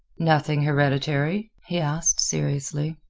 nothing hereditary? he asked, seriously.